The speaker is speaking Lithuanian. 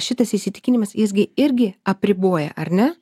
šitas įsitikinimas jis gi irgi apriboja ar ne